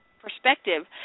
perspective